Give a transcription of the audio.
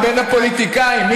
אנחנו מדברים רק על הפוליטיקאים.